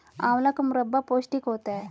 आंवला का मुरब्बा पौष्टिक होता है